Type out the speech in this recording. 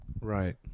Right